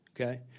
Okay